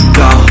go